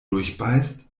durchbeißt